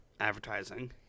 advertising